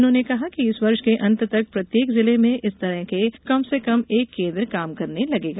उन्होंने कहा कि इस वर्ष के अंत तक प्रत्येक जिले में इस तरह का कम से कम एक केन्द्र काम करने लगेगा